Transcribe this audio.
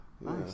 nice